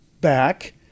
back